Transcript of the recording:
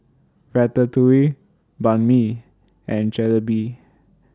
Ratatouille Banh MI and Jalebi